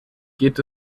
geht